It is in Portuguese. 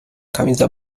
camisa